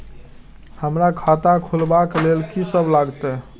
हमरा खाता खुलाबक लेल की सब लागतै?